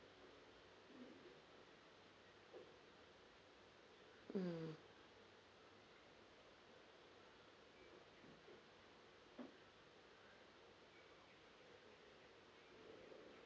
mm